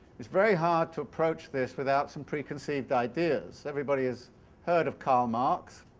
it's very hard to approach this without some preconceived ideas. everybody has heard of karl marx